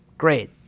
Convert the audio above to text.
great